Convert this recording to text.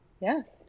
Yes